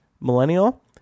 millennial